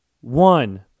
one